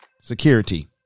Security